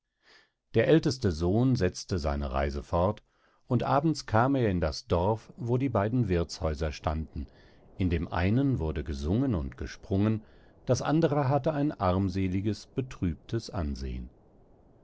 der älteste sohn setzte seine reise fort und abends kam er in das dorf wo die beiden wirthshäuser standen in dem einen wurde gesungen und gesprungen das andere hatte ein armseliges betrübtes ansehen